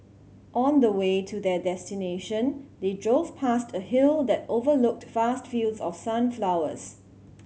on the way to their destination they drove past a hill that overlooked vast fields of sunflowers